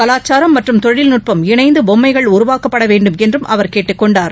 கவாச்சாரம் மற்றும் தொழில்நுட்பம் இணைந்து பொம்மைகள் உருவாக்கப்பட வேண்டுமென்றும் அவர் கேட்டுக் கொண்டார்